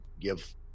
give